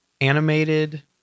animated